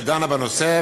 שדנה בנושא,